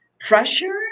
pressure